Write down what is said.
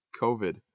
COVID